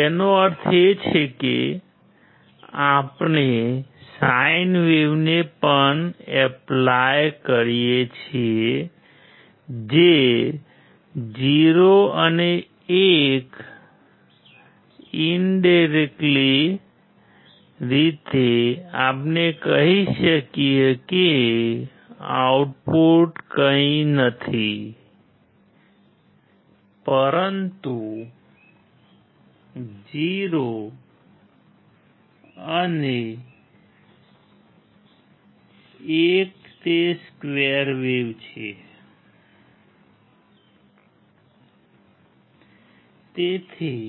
તેથી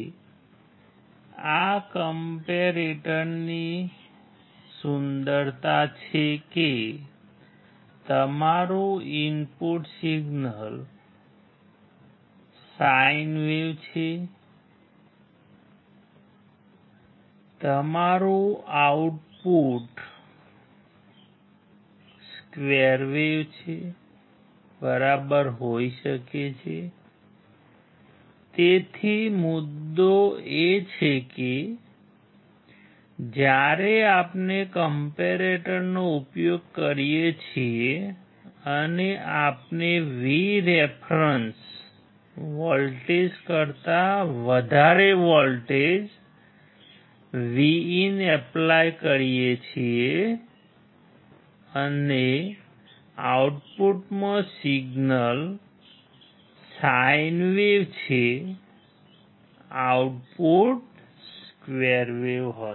આ કમ્પૅરેટરની હશે